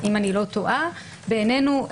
בעינינו,